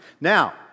Now